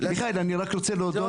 אני שכחתי להודות למישהו.